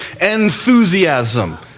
Enthusiasm